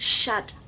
shut